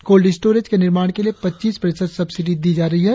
cold storage के निर्माण के लिए पच्चीस प्रतिशत सब्सिडी दी जा रही है